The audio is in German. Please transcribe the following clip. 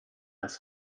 als